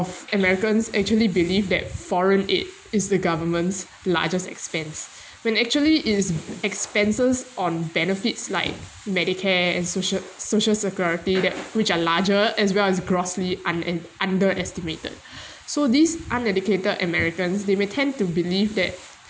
americans actually believe that foreign aid is the government's largest expense when actually it's expenses on benefits like medicare and social social security that which are larger as well as grossly un~ underestimated so these uneducated americans they may tend to believe that